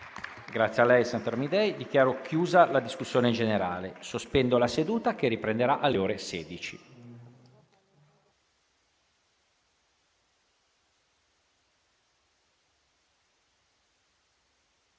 apre una nuova finestra"). Dichiaro chiusa la discussione generale. Sospendo la seduta, che riprenderà alle ore 16.